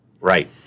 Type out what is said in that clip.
Right